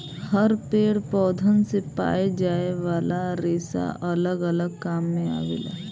हर पेड़ पौधन से पाए जाये वाला रेसा अलग अलग काम मे आवेला